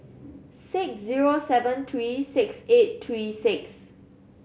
six zero seven three six eight three six